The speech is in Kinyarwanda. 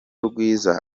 rwiza